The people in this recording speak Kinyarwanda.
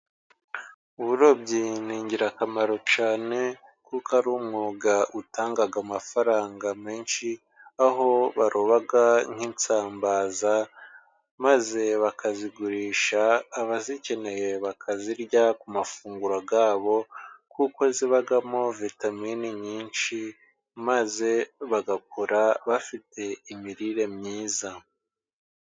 Uburobyi ni ingirakamaro cyane, kuko ari umwuga utanga amafaranga menshi, aho baroba nk'isambaza maze bakazigurisha. Abazikeneye bakazirya ku mafunguro yabo kuko zibamo vitamine nyinshi. Maze bagakura bafite imirire myiza.